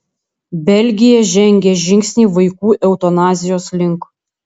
belgija žengė žingsnį vaikų eutanazijos link